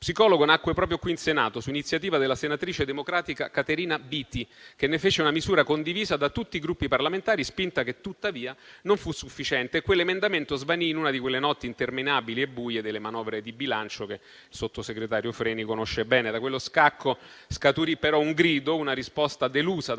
psicologo nacque proprio qui in Senato, su iniziativa della senatrice democratica Caterina Biti, che ne fece una misura condivisa da tutti i Gruppi parlamentari, spinta che tuttavia non fu sufficiente e quell'emendamento svanì in una di quelle notti interminabili e buie delle manovre di bilancio che il sottosegretario Freni conosce bene. Da quello scacco scaturì però un grido, una risposta delusa da